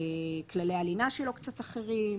כללי הלינה שלו קצת אחרים,